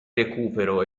recupero